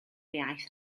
iaith